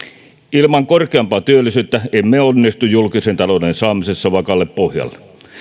ilman korkeampaa työllisyyttä emme onnistu julkisen talouden saamisessa vakaalle pohjalle